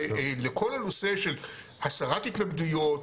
ולכל הנושא של הסרת התנגדויות,